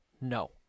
No